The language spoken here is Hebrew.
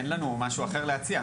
אין לנו משהו אחר להציע.